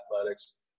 athletics